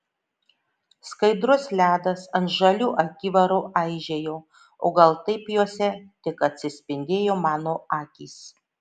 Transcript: skaidrus ledas ant žalių akivarų aižėjo o gal taip juose tik atsispindėjo mano akys